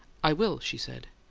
i will, she said,